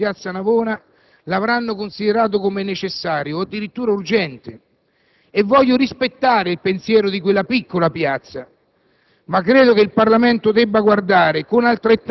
Certamente le poche migliaia presenti a Piazza Navona l'avranno considerato necessario o addirittura urgente. Voglio rispettare il pensiero di quella piccola piazza,